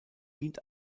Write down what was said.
dient